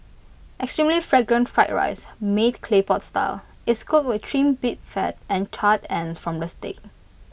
extremely Fragrant fried rice made Clay Pot Style is cooked with Trimmed beef Fat and charred ends from the steak